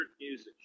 music